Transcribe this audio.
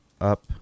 up